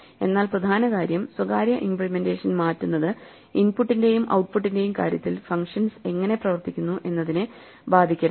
എന്നാൽ പ്രധാന കാര്യം സ്വകാര്യ ഇമ്പ്ലിമെന്റേഷൻ മാറ്റുന്നത് ഇൻപുട്ടിന്റെയും ഔട്ട്പുട്ടിന്റെയും കാര്യത്തിൽ ഫങ്ഷൻസ് എങ്ങനെ പ്രവർത്തിക്കുന്നു എന്നതിനെ ബാധിക്കരുത്